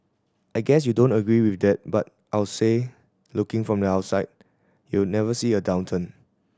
I guess you don't agree with that but I'll say looking from the outside you never see a downturn